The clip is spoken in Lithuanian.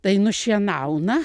tai nušienauna